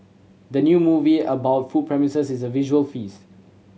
the new movie about food promises is a visual feast